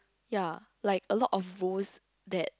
ya like a lot of roles that